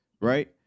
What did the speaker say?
right